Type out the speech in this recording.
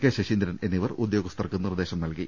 K Saseendran എന്നിവർ ഉദ്യോഗസ്ഥർക്ക് നിർദ്ദേശം നൽകി